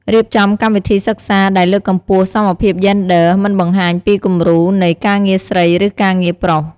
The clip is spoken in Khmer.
រៀបចំកម្មវិធីសិក្សាដែលលើកកម្ពស់សមភាពយេនឌ័រ មិនបង្ហាញពីគំរូនៃ "ការងារស្រី" ឬ "ការងារប្រុស"។